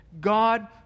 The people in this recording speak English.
God